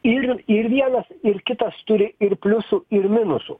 ir ir vienas ir kitas turi ir pliusų ir minusų